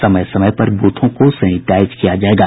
समय समय पर बूथों को सेनिटाइज किया जायेगा